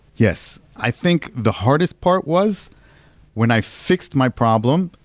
yes. i think the hardest part was when i fixed my problem,